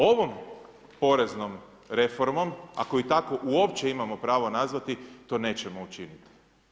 Ovom poreznom reformom, ako je tako uopće imamo pravo nazvati, to nećemo učiniti.